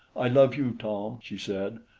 i love you, tom, she said,